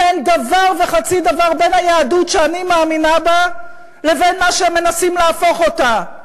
ואין דבר וחצי דבר בין היהדות שאני מאמינה בה למה שהם מנסים להפוך אותה.